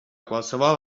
qualsevol